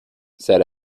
said